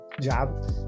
job